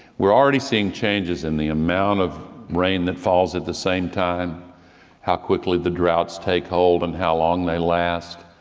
we are already seeing changes in the amount of rain that falls at the same time and how quickly the droughts take hold and how long they last.